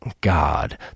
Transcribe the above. God